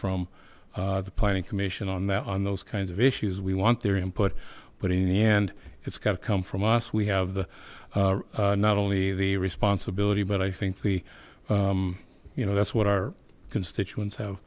from the planning commission on that on those kinds of issues we want their input but in the end it's got to come from us we have the not only the responsibility but i think the you know that's what our constituents have